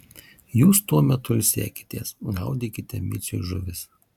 jūs tuo metu ilsėkitės gaudykite miciui žuvis